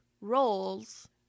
roles